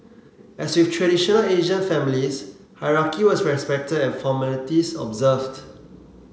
as with traditional Asian families hierarchy was respected and formalities observed